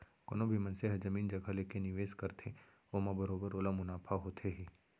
कोनो भी मनसे ह जमीन जघा लेके निवेस करथे ओमा बरोबर ओला मुनाफा होथे ही